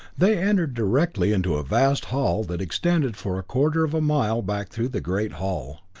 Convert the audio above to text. they entered directly into a vast hall that extended for a quarter of a mile back through the great hull,